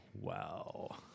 Wow